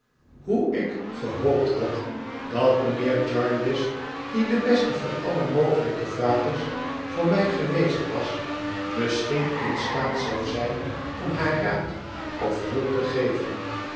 hoe ik gehoopt had dat mijnheer jarndyce die de beste van alle mogelijke vaders voor mij geweest was misschien in staat zou zijn om haar raad of hulp te geven